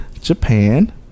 Japan